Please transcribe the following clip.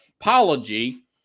apology